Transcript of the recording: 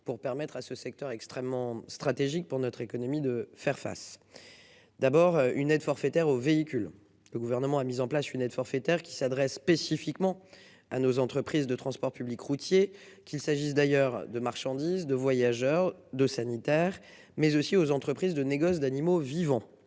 pour permettre à ce secteur extrêmement stratégique pour notre économie de faire face. D'abord une aide forfaitaire aux véhicules. Le gouvernement a mis en place une aide forfaitaire qui s'adressent spécifiquement à nos entreprises de transport public routier qu'il s'agisse d'ailleurs de marchandises de voyageurs de sanitaires mais aussi aux entreprises de négoce d'animaux vivants.